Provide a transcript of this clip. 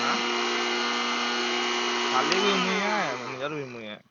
ଆଁ ମାଲିକ୍ ବି ମୁଇଁ ହେ ମ୍ୟାନେଜର୍ ବି ମୁଇଁ ହେ